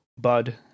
Bud